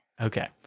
Okay